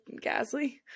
Gasly